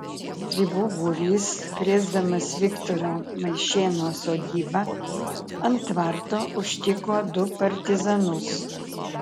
stribų būrys krėsdamas viktoro maišėno sodybą ant tvarto užtiko du partizanus